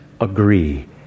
agree